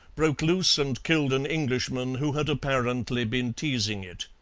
broke loose and killed an englishman who had apparently been teasing it.